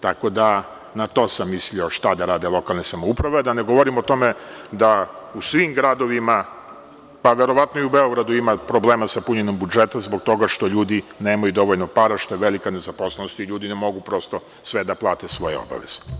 Tako da sam na to mislio šta da rade lokalne samouprave, a da ne govorim o tome da u svim gradovima, pa verovatno i u Beogradu ima problema sa punjenjem budžeta zbog toga što ljudi nemaju dovoljno para, što je velika nezaposlenost i ljudi prosto ne mogu sve da plate, sve svoje obaveze.